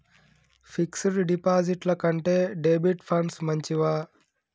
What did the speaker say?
Fix డ్ డిపాజిట్ల కంటే డెబిట్ ఫండ్స్ మంచివా?